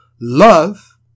love